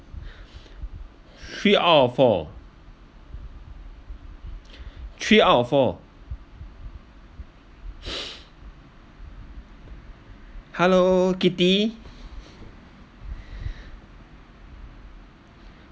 three out of four three out of four hello kitty